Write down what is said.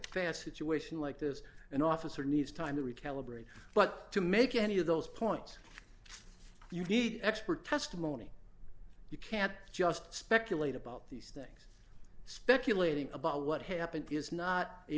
you ation like this an officer needs time to recalibrate but to make any of those points you need expert testimony you can't just speculate about these things speculating about what happened is not a